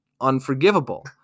unforgivable